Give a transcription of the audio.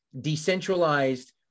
decentralized